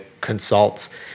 consults